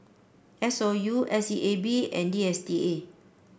S O U S E A B and D S T A